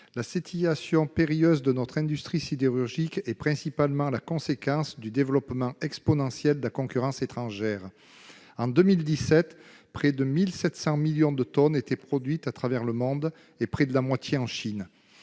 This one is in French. La situation périlleuse de notre industrie sidérurgique est principalement la conséquence du développement exponentiel de la concurrence étrangère. En 2017, près de 1 700 millions de tonnes étaient produites à travers le monde, dont près de la moitié en Chine.